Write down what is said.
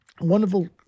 wonderful